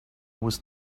was